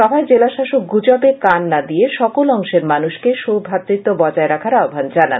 সভায় জেলা শাসক গুজবে কান না দিয়ে সকল অংশের মানুষকে সৌভ্রাতৃত্ব বজায় রাখার আহ্বান জানান